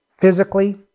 physically